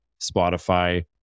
Spotify